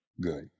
Good